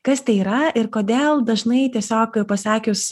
kas tai yra ir kodėl dažnai tiesiog pasakius